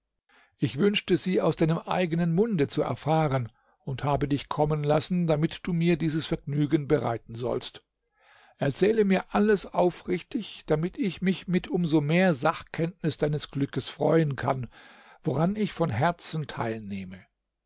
ich wünschte sie aus deinem eigenen munde zu erfahren und habe dich kommen lassen damit du mir dieses vergnügen bereiten sollst erzähle mir alles aufrichtig damit ich mich mit um so mehr sachkenntnis deines glückes freuen kann woran ich von herzen teilnehme